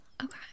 Okay